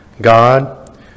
God